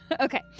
okay